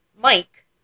Mike